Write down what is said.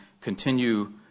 continue